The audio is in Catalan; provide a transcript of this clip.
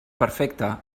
perfecta